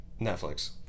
Netflix